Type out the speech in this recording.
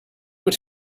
much